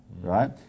right